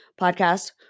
podcast